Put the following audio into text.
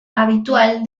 habitual